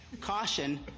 caution